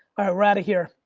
we're outta here.